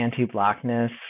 anti-blackness